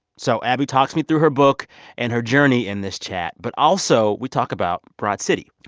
so abbi talks me through her book and her journey in this chat, but also we talk about broad city.